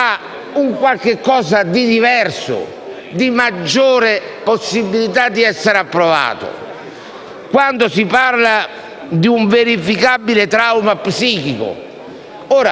un qualcosa di diverso e una maggiore possibilità di essere approvato. Quando si parla di un verificabile trauma psichico è